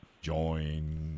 join